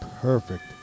perfect